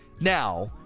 Now